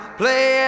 play